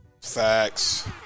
Facts